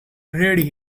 red